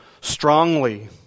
strongly